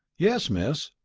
yes, miss.